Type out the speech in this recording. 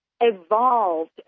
evolved